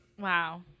Wow